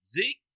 Zeke